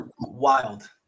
wild